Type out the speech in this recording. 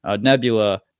Nebula